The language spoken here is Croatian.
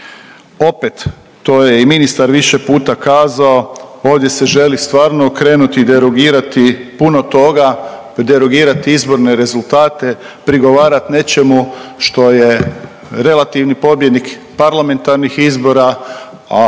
Opet to je i ministar više puta kazao, ovdje se želi stvarno okrenuti i derugirati puno toga, derugirat izborne rezultate, prigovarat nečemu što je relativni pobjednik parlamentarnih izbora, a